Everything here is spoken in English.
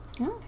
Okay